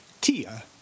Tia